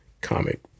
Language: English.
comic